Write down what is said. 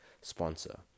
sponsor